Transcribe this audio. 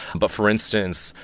but for instance,